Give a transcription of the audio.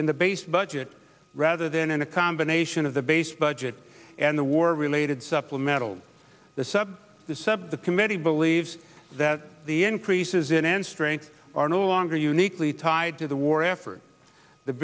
in the base budget rather than a combination of the base budget and the war related supplemental the sub the subcommittee believes that the increases in end strength are no longer uniquely tied to the war effort the